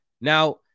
Now